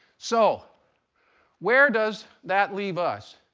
so where does that leave us?